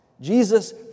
Jesus